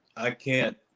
i can't.